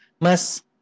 mas